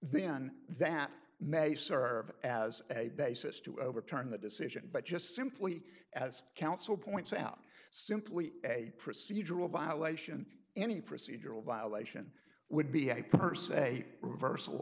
then that may serve as a basis to overturn the decision but just simply as counsel points out simply a procedural violation any procedural violation would be a per se reversal